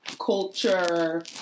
culture